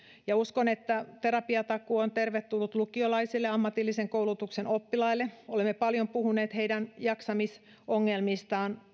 ja uskon että terapiatakuu on tervetullut lukiolaisille ja ammatillisen koulutuksen oppilaille olemme paljon puhuneet heidän jaksamisongelmistaan